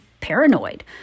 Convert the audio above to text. paranoid